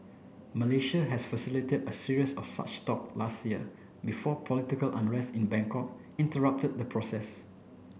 Malaysia has facilitate a series of such talk last year before political unrest in Bangkok interrupted the process